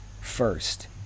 first